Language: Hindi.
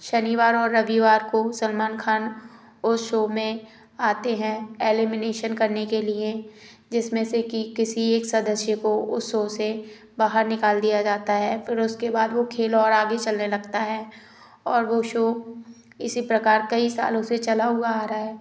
शनिवार और रविवार को सलमान खान उस शो में आते हैं एलिमिनेशन करने के लिए जिसमें से कि किसी एक सदस्य को उस शो से बाहर निकाल दिया जाता है फिर उसके बाद वो खेल और आगे चलने लगता है और वो शो इसी प्रकार कई सालों से चला हुआ आ रहा है